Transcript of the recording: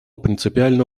принципиально